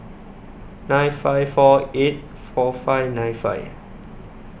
nine five four eight four five nine five